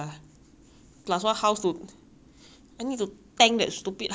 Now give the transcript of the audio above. I need to tank that stupid house lawyer boy sua lah can take his money also